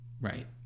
Right